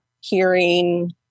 hearing